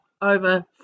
over